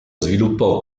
sviluppò